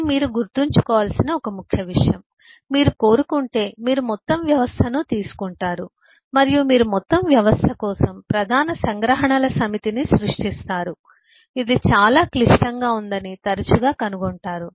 ఇది మీరు గుర్తుంచుకోవలసిన ఒక ముఖ్య విషయం మీరు కోరుకుంటే మీరు మొత్తం వ్యవస్థను తీసుకుంటారు మరియు మీరు మొత్తం వ్యవస్థ కోసం ప్రధాన సంగ్రహణల సమితిని సృష్టిస్తారు ఇది చాలా క్లిష్టంగా ఉందని తరచుగా కనుగొంటారు